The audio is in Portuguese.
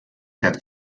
quer